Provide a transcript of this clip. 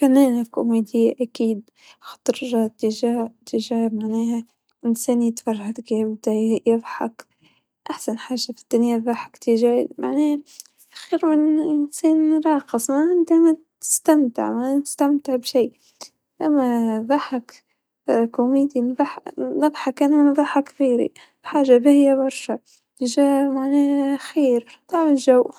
والله تراني ما أبي لا اكون فنانة كوميدية ولا راقصة مشهورة، لا ما هو لانه ماني جيدة أصلا بالكوميديا ولا بالتمثيل ولا بالفن عموما، لكن أفظل إني أكون رزينة التعامل شوي مو شوي كثيرة زينة وهادية فما أعتقد إن هاي الأماكن خاصة بي أبدا مو لإلي.